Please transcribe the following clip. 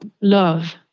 love